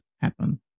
happen